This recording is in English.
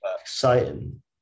exciting